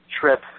trip